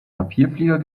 papierflieger